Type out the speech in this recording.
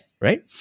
right